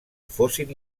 fossin